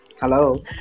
Hello